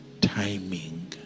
Timing